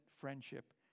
friendship